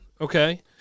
okay